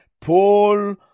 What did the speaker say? Paul